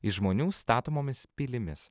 iš žmonių statomomis pilimis